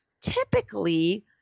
Typically